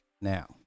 Now